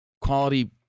quality